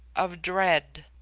of dread.